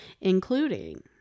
including